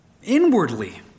Inwardly